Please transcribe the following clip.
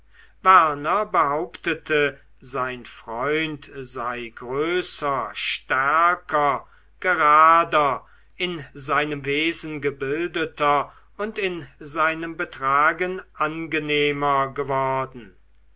behauptete sein freund sei größer stärker gerader in seinem wesen gebildeter und in seinem betragen angenehmer geworden